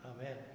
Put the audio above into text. Amen